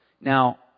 Now